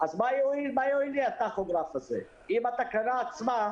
אז מה יועיל לי הטכוגרף הזה אם התקנה עצמה,